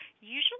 Usually